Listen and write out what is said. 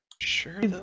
Sure